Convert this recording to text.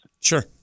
Sure